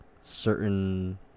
certain